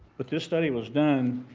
but this study was done,